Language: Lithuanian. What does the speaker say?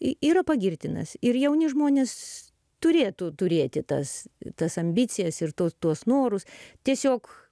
yra pagirtinas ir jauni žmonės turėtų turėti tas tas ambicijas ir tuos tuos norus tiesiog